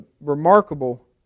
remarkable